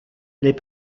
les